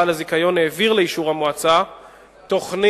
בעל הזיכיון העביר לאישור המועצה תוכנית